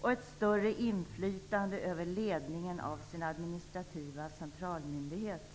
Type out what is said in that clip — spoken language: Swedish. och ett större inflytande över ledningen av sin administrativa centralmyndighet.